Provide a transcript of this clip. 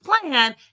plan